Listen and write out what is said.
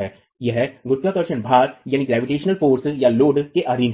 है यह गुरुत्वाकर्षण भार के अधीन है